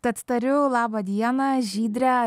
tad tariu labą dieną žydrę